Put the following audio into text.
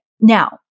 Now